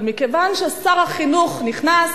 אבל מכיוון ששר החינוך נכנס,